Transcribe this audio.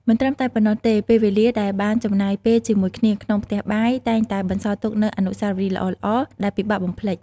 មិនត្រឹមតែប៉ុណ្ណោះទេពេលវេលាដែលបានចំណាយពេលជាមួយគ្នាក្នុងផ្ទះបាយ តែងតែបន្សល់ទុកនូវអនុស្សាវរីយ៍ល្អៗ ដែលពិបាកបំភ្លេច ។